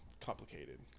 complicated